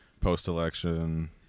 post-election